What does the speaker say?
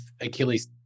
Achilles